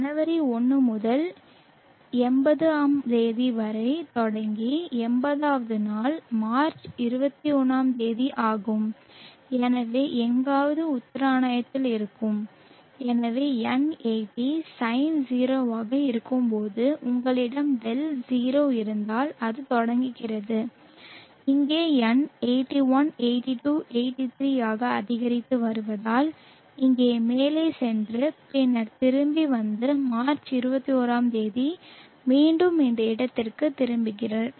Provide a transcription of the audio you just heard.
ஜனவரி 1 முதல் 80 ஆம் தேதி தொடங்கி 80 வது நாள் மார்ச் 21 ஆம் தேதி ஆகும் எனவே எங்காவது உத்தராயணத்தில் இருக்கும் எனவே N 80 சைன் 0 ஆக இருக்கும்போது உங்களிடம் δ 0 இருந்தால் அது தொடங்குகிறது இங்கே N 81 82 83 ஆக அதிகரித்து வருவதால் இங்கே மேலே சென்று பின்னர் திரும்பி வந்து மார்ச் 21 ஆம் தேதி மீண்டும் இந்த இடத்திற்குத் திரும்புகிறார்